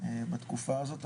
בתקופה הזאת.